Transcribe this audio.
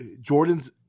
Jordan's